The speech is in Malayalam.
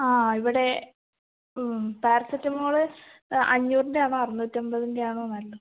ആ ഇവിടെ പാരസെറ്റമോൾ അഞ്ഞൂറിന്റേതാണോ അറുനൂറ്റമ്പതിന്റേതാണോ നല്ലത്